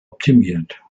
optimiert